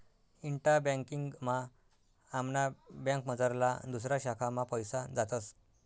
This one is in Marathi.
इंटा बँकिंग मा आमना बँकमझारला दुसऱा शाखा मा पैसा जातस